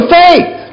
faith